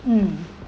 mm